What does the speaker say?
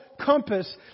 compass